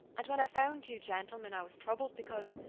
and when i found two gentlemen, i was troubled, because